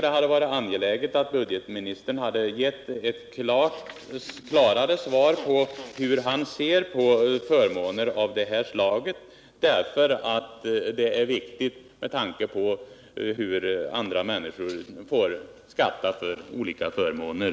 Det hade varit angeläget, anser jag, att herr Mundebo hade givit ett klarare svar på hur han ser på förmåner av det här slaget. Det är viktigt med tanke på hur andra människor får skatta för olika förmåner.